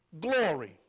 glory